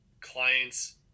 clients